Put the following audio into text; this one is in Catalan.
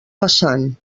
passant